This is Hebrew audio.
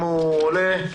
הוא לא עולה.